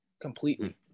completely